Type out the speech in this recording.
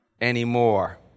anymore